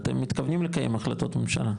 אתם מתכוונים לקיים החלטות ממשלה.